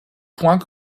point